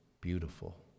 beautiful